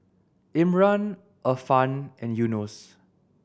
Imran Irfan and Yunos